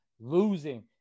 losing